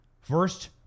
first